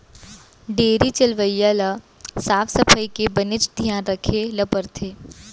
dairy चलवइया ल साफ सफई के बनेच धियान राखे ल परथे